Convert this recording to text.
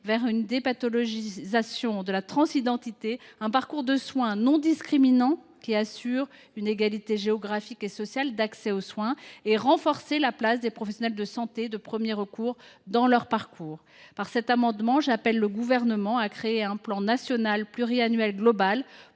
vers une dépathologisation de la transidentité pour arriver à un parcours de soins qui assure, sans discrimination, une égalité géographique et sociale d’accès aux soins et pour renforcer la place des professionnels de santé de premier recours dans ce parcours. Par cet amendement, j’appelle le Gouvernement à élaborer un plan national pluriannuel global